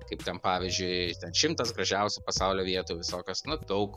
kaip ten pavyžiui ten šimtas gražiausių pasaulio vietų visokios nu daug